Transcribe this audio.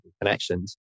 connections